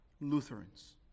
Lutherans